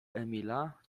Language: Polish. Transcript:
emila